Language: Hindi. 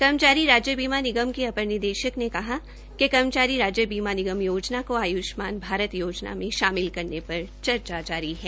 कर्मचारी राज्य बीमा निगम के उपर निदेशक ने कहा कि कर्मचारी राज्य निगम योजना को आय्ष्मान भारत योजना में शामिल करने पर चर्चा जारी है